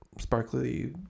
sparkly